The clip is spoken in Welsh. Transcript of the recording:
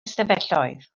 ystafelloedd